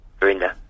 Verinda